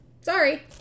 Sorry